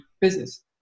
business